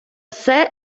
все